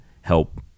help